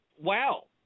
wow